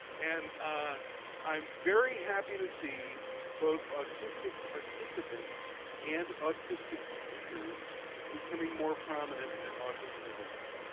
and ah i'm very happy to see both autistic participants and autistic speak ers becoming more prominent at autism events.